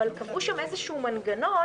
אבל קבעו שם איזשהו מנגנון